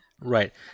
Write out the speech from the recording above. Right